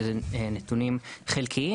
שאלה נתונים חלקיים